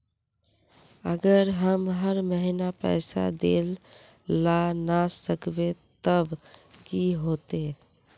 अगर हम हर महीना पैसा देल ला न सकवे तब की होते?